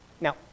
now